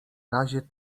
razie